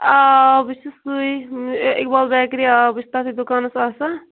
آ بہٕ چھُس سُے اِقبال بیکری آ بہٕ چھُس تتیٚتھ دُکانس آسان